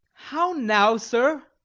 how now, sir!